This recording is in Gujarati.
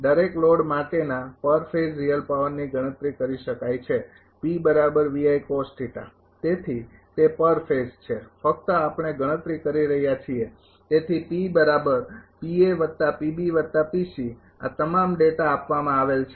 દરેક લોડ માટેના પર ફેઝ રિયલ પાવરની ગણતરી કરી શકાય છે તેથી તે ફક્ત પર ફેઝ છે આપણે ગણતરી કરી રહ્યા છીએ તેથી આ તમામ ડેટા આપવામાં આવેલ છે